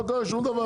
לא קרה שום דבר.